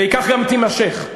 וכך גם היא תימשך.